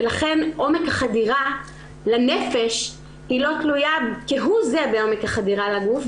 ולכן עומק החדירה לנפש לא תלוי כהוא זה בעומק החדירה לגוף,